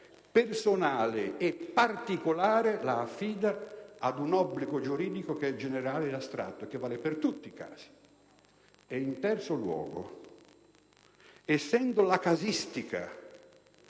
personale e particolare ad un obbligo giuridico che è generale ed astratto e che vale per tutti i casi. In terzo luogo, essendo la casistica